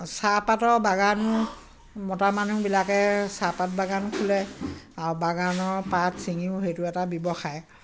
চাহপাতৰ বাগান মতা মানুহবিলাকে চাহপাত বাগান খোলে আৰু বাগানৰ পাত চিঙিও সেইটো এটা ব্যৱসায়